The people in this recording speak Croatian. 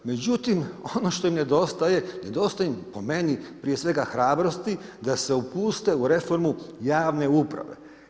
Međutim, ono što im nedostaje, nedostaje im po meni, prije svega hrabrosti da se upuste u reformu javne uprave.